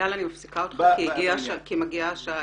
אני מפסיקה אותך כי הגיעה השעה